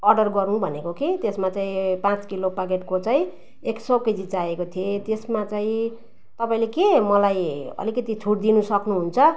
order गरूँ भनेको के त्यसमा चाहिँ पाँच किलो पाकेटको चाहिँ एक सय केजी चाहिएको थियो त्यसमा चाहिँ तपाईँले के मलाई अलिकति छुट दिनु सक्नुहुन्छ